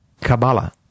Kabbalah